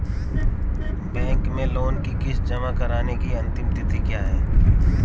Bank में loan की किश्त जमा कराने की अंतिम तिथि क्या है?